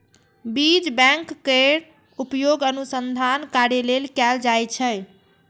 बीज बैंक केर उपयोग अनुसंधान कार्य लेल कैल जाइ छै